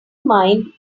mind